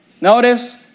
Notice